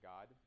God